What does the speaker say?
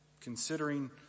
considering